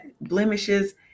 blemishes